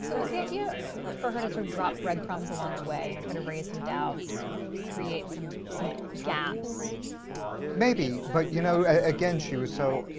so was the idea for her to so drop breadcrumbs along the way? you know try to raise some doubts? in create some some gap? so may be. but you know again, she was so